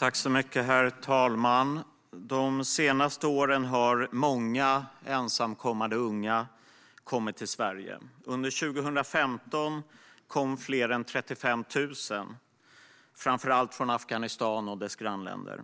Herr talman! De senaste åren har många ensamkommande unga kommit till Sverige. Under 2015 kom fler än 35 000, framför allt från Afghanistan och dess grannländer.